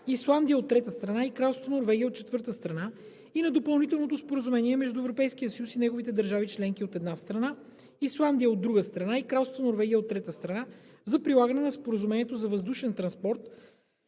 Исландия, от трета страна, и Кралство Норвегия, от четвърта страна, и на Допълнителното споразумение между Европейския съюз и неговите държави членки, от една страна, Исландия, от друга страна, и Кралство Норвегия, от трета страна, за прилагане на Споразумението за въздушен транспорт